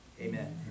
Amen